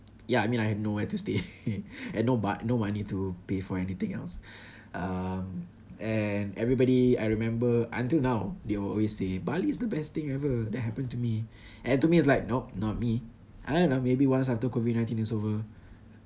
ya I mean I have nowhere to stay and no ba~ no money to pay for anything else um and everybody I remember until now they will always say Bali is the best thing ever that happened to me and to me it's like nope not me I don't know maybe once after COVID nineteen is over